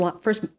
first